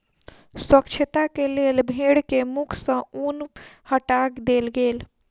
स्वच्छता के लेल भेड़ के मुख सॅ ऊन हटा देल गेल